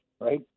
right